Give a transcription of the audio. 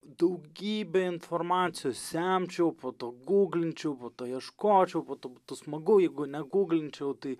daugybę informacijos semčiau fotogūglinčiau po to ieškočiau po to smagu jeigu negūglinčiau tai